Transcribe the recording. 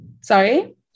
Sorry